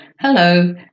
Hello